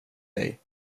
dig